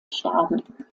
starben